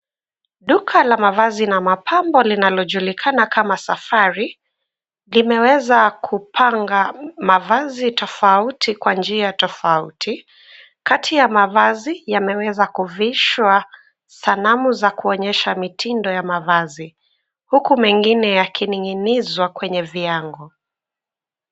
Duka la mavazi na mapambo linalojulikana kama safari limeweza kupanga mavazi tofauti kwa njia tofauti. Kati ya mavazi yameweza kuvishwa sanamu za kuonyesha mitindo ya mavazi. Huku mengine yakining'inizwa kwenye viango.